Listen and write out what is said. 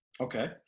okay